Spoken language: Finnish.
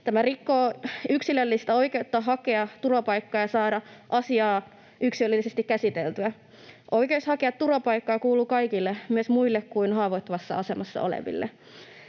Tämä rikkoo yksilöllistä oikeutta hakea turvapaikkaa ja saada asia yksilöllisesti käsiteltyä. Oikeus hakea turvapaikkaa kuuluu kaikille, myös muille kuin haavoittuvassa asemassa oleville.